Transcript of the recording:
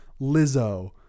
Lizzo